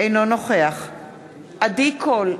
אינו נוכח עדי קול,